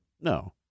No